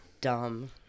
dumb